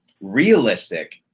realistic